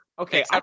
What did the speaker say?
Okay